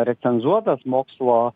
recenzuotas mokslo